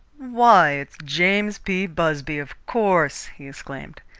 why, it's james p. busby, of course! he exclaimed.